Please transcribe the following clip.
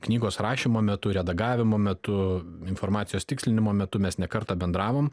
knygos rašymo metu redagavimo metu informacijos tikslinimo metu mes ne kartą bendravom